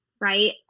right